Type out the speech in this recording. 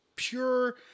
pure